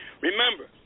Remember